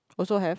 also have